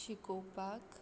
शिकोवपाक